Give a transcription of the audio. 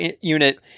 unit